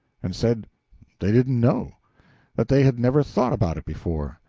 and said they didn't know that they had never thought about it before,